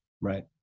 right